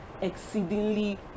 exceedingly